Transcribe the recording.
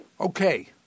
Okay